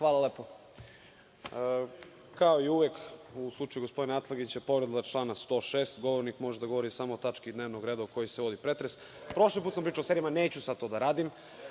Hvala. Kao i uvek, u slučaju gospodina Atlagića povreda člana 106. – govornik može da govori samo o tački dnevnog reda o kojoj se vodi pretres. Prošli put sam pričao o selima, neću sada to da radim.